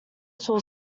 saw